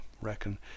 reckon